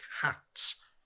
hats